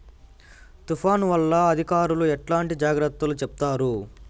తుఫాను వల్ల అధికారులు ఎట్లాంటి జాగ్రత్తలు చెప్తారు?